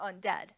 undead